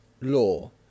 law